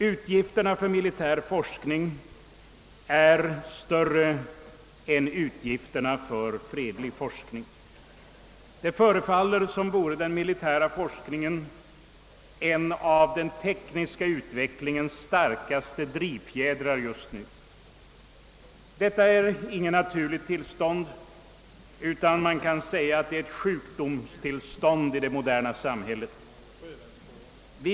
Utgifterna för militär forskning är större än för fredlig forskning. Det förefaller som vore den militära forskningen en av den tekniska utvecklingens starkaste drivfjädrar just nu. Detta är inget naturligt tillstånd, utan ett sjukdomstillstånd i det moderna samhället.